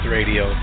Radio